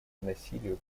насилию